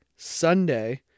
Sunday